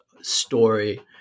story